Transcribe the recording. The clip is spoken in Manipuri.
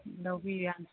ꯂꯧꯕꯤꯌꯨ ꯌꯥꯅꯤ